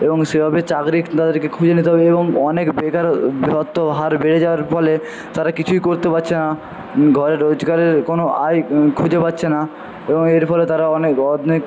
এবং সেভাবে চাকরি তাদেরকে খুঁজে নিতে হবে এবং অনেক বেকারত্ব হার বেড়ে যাওয়ার ফলে তারা কিছুই করতে পাচ্ছে না ঘরে রোজগারের কোনও আয় খুঁজে পাচ্ছে না এবং এর ফলে তারা অনেক অনেক